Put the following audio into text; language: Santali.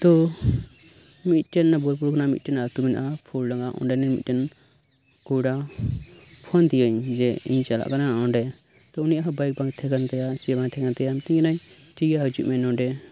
ᱛᱚ ᱢᱤᱫ ᱴᱮᱱ ᱵᱳᱞᱯᱩᱨ ᱠᱷᱳᱱᱟᱜ ᱢᱤᱫ ᱴᱮᱱ ᱟᱹᱛᱳ ᱢᱮᱱᱟᱜᱼᱟ ᱯᱷᱩᱞᱰᱟᱸᱜᱟ ᱚᱸᱰᱮ ᱱᱤᱡ ᱢᱤᱫ ᱴᱮᱱ ᱠᱚᱲᱟ ᱯᱷᱳᱱ ᱟᱫᱮᱭᱟᱹᱧ ᱡᱮ ᱤᱧ ᱪᱟᱞᱟᱜ ᱠᱟᱱᱟ ᱚᱰᱮ ᱛᱚ ᱩᱱᱤᱭᱟᱜ ᱦᱚᱸ ᱵᱟᱭᱤᱠ ᱵᱟᱝ ᱛᱟᱦᱮᱸᱠᱟᱱ ᱛᱟᱭᱟ ᱪᱮᱫ ᱦᱚᱸ ᱵᱟᱝ ᱛᱟᱦᱮᱸ ᱠᱟᱱ ᱛᱟᱭᱟ ᱢᱤᱛᱟᱹᱧ ᱠᱟᱱᱟᱭ ᱴᱷᱤᱠ ᱜᱮᱭᱟ ᱦᱤᱡᱩᱜ ᱢᱮ ᱱᱚᱸᱰᱮ